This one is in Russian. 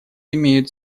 имеют